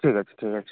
ঠিক আছে ঠিক আছে